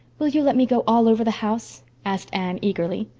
will you let me go all over the house? asked anne eagerly.